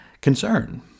concern